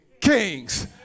kings